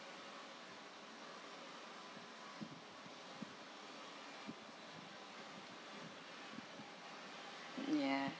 ya